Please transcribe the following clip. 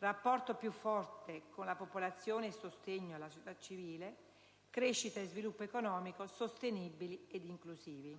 rapporto più forte con la popolazione e sostegno alla società civile; crescita e sviluppo economico sostenibili e inclusivi.